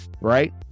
right